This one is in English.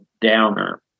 downer